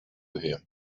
him